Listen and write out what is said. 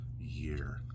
year